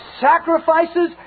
sacrifices